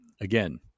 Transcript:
again